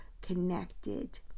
connected